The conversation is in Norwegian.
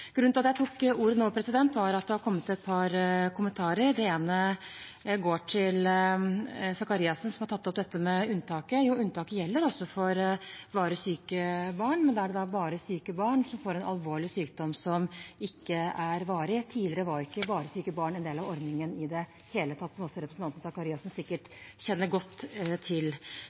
Grunnen til at jeg tok ordet nå, var at jeg vil komme med et par kommentarer. Den ene går til Faret Sakariassen, som tok opp dette med unntaket. Jo, unntaket gjelder også for varig syke barn, men da er det bare dersom barnet får en alvorlig sykdom som ikke er varig. Tidligere var ikke varig syke barn en del av ordningen i det hele tatt, som representanten Faret Sakariassen sikkert kjenner godt til.